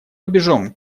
рубежом